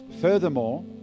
Furthermore